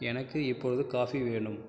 எனக்கு இப்பொழுது காஃபி வேணும்